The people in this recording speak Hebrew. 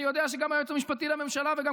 אני יודע שגם היועץ המשפטי לממשלה וגם